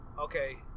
okay